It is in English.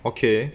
okay